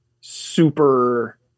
super